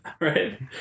Right